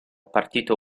partito